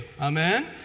Amen